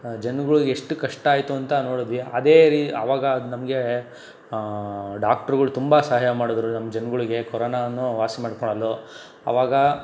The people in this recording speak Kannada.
ಜನಗಳಿಗೆ ಎಷ್ಟು ಕಷ್ಟ ಆಯಿತು ಅಂತ ನೋಡಿದ್ವಿ ಅದೇ ಆವಾಗ ನಮಗೆ ಡಾಕ್ಟ್ರುಗಳು ತುಂಬ ಸಹಾಯ ಮಾಡಿದ್ರು ನಮ್ಮ ಜನಗಳಿಗೆ ಕರೋನಾನು ವಾಸಿ ಮಾಡಿಕೊಳ್ಳಲು ಆವಾಗ